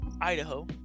Idaho